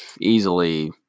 easily